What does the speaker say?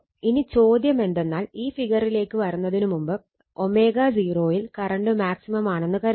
ഇനി ചോദ്യമെന്തെന്നാൽ ഈ ഫിഗറിലേക്ക് വരുന്നതിന് മുമ്പ് ω0 യിൽ കറണ്ട് മാക്സിമം ആണെന്ന് കരുതുക